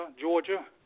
Georgia